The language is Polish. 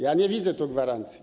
Ja nie widzę tu gwarancji.